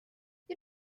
you